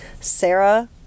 Sarah